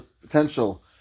potential